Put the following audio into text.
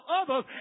others